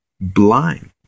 blind